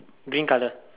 green colour